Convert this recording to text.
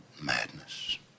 madness